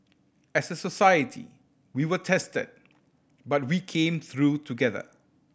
as a society we were tested but we came through together